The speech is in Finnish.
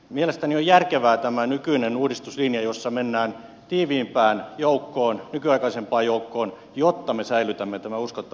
mielestäni on järkevä tämä nykyinen uudistuslinja jossa mennään tiiviimpään joukkoon nykyaikaisempaan joukkoon jotta me säilytämme tämän uskottavan puolustuksen